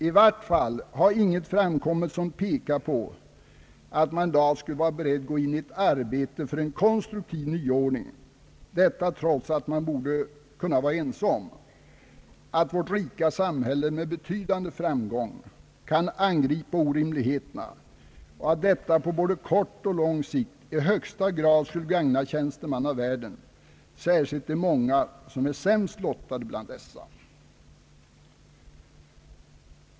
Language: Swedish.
I vart fall har inget framkommit som pekar på att man i dag skulle vara beredd att gå in i ett arbete för en konstruktiv nyordning trots att man borde kunna vara ense om att vårt rika samhälle med betydande framgång kan angripa orimligheterna och att detta på både kort och lång sikt i högsta grad skulle gagna tjänstemannavärlden, särskilt de många som är sämst lottade.